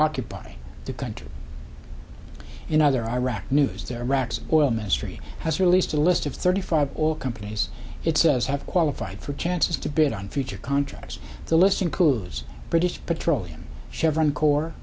occupy the country in other iraq news there iraq's oil ministry has released a list of thirty five all companies it says have qualified for chances to bid on future contracts the list includes british petroleum chevron core